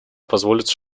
позволить